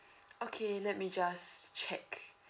okay let me just check